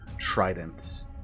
trident